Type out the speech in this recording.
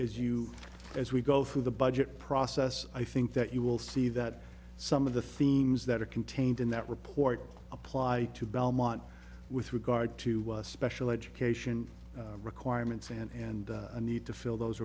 is you as we go through the budget process i think that you will see that some of the themes that are contained in that report apply to belmont with regard to special education requirements and a need to fill those